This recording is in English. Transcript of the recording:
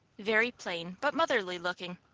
very plain but motherly-looking.